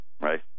right